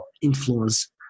influence